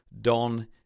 don